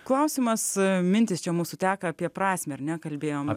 klausimas mintys čia mūsų teka apie prasmę ar ne nekalbėjom